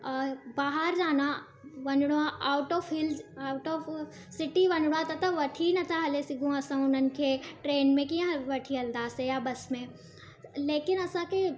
बाहर जाना वञिणो आहे out of hills out of city वञिणो आहे त त वठी न था हली सघूं असां उन्हनि खे ट्रेन में कीअं वठी हलंदासे या बसि में लेकिन असांखे